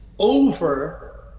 Over